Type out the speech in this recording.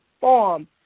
form